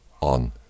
on